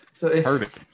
Perfect